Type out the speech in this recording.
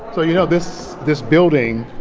so you know this this building